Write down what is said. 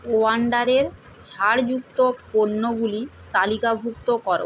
ওয়ান্ডারের ছাড়যুক্ত পণ্যগুলি তালিকাভুক্ত করো